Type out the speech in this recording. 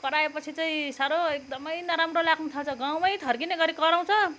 कराएपछि चाहिँ साह्रो एकदमै नराम्रो लाग्नु थाल्छ गाउँ नै थर्किने गरी कराउँछ